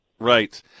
Right